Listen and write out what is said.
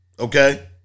Okay